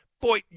boy